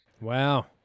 wow